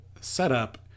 setup